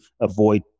avoid